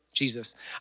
Jesus